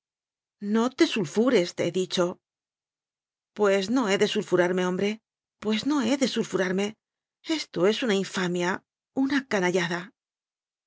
no te sulfures te he dicho pues no he de sulfurarme hombre pues no he de sulfurarme esto es una infamia una canallada